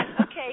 Okay